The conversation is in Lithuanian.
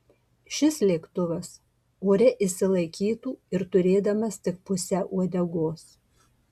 šis lėktuvas ore išsilaikytų ir turėdamas tik pusę uodegos